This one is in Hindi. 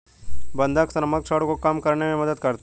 बंधक समग्र ऋण को कम करने में मदद करता है